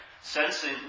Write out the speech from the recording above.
sensing